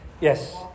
Yes